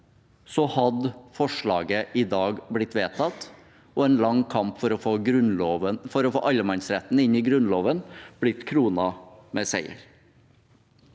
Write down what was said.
hadde forslaget i dag blitt vedtatt og en lang kamp for å få allemannsretten inn i Grunnloven blitt kronet med seier.